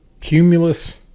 Cumulus